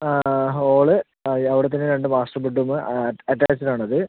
hall ആ അവിടത്തന്നെ രണ്ട് മാസ്റ്റർ ബെഡ്റൂമ് അറ്റാച്ച്ഡ് ആണത്